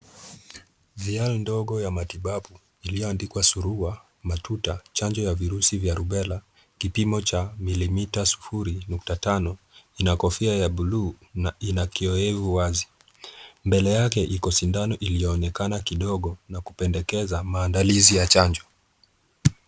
Vial ndogo ya matibabu iliyoandikwa Surua, Matuta chanjo ya virus vya Rubela, kipimo cha milimita sufuri nukta tano, ina kofia ya buluu na ina kioevu wazi. Mbele yake iko sindano iliyoonekana kidogo na kupendekeza maandalizi ya chanjo.